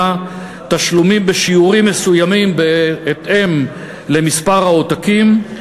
תשלומים בשיעורים מסוימים בהתאם למספר העותקים,